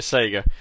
Sega